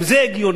גם זה הגיוני.